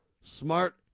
smart